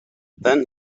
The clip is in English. then